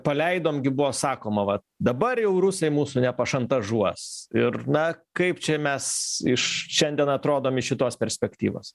paleidom gi buvo sakoma vat dabar jau rusai mūsų nepašantažuos ir na kaip čia mes iš šiandien atrodom iš šitos perspektyvos